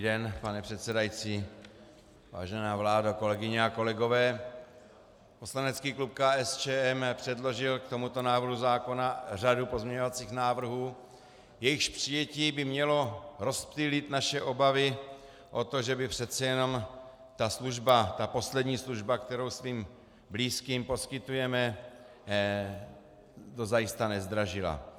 Dobrý den, pane předsedající, vážená vládo, kolegyně a kolegové, poslanecký klub KSČM předložil k tomuto návrhu zákona řadu pozměňovacích návrhů, jejichž přijetí by mělo rozptýlit naše obavy o to, že by přece jenom ta služba, ta poslední služba, kterou svým blízkým poskytujeme, dozajista nezdražila.